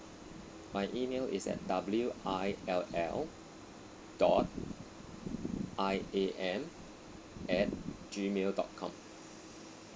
my email is at W I L L dot I A M at gmail dot com